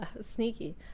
Sneaky